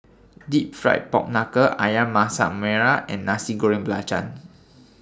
Deep Fried Pork Knuckle Ayam Masak Merah and Nasi Goreng Belacan